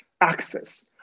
access